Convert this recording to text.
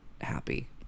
happy